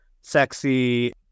sexy